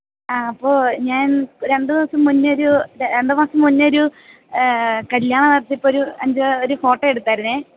ആ അപ്പോൾ ഞാൻ രണ്ടു ദിവസം മുന്നെ ഒരു രണ്ടു മാസം മുന്നെ ഒരു കല്ല്യാണം നടത്തിയപ്പം ഒരു എൻ്റെ ഒരു ഫോട്ടോ എടുത്തായിരുന്നു